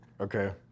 Okay